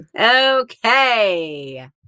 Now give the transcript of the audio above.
Okay